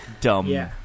dumb